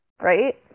right